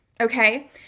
okay